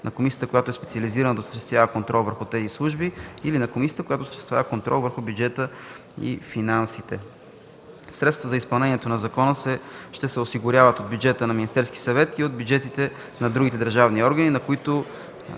на комисията, която е специализирана да осъществява контрола върху тези служби или на комисията, която осъществява контрол върху бюджета и финансите. Средствата за изпълнението на закона ще се осигуряват от бюджета на Министерския съвет и от бюджетите на другите държавни органи, на които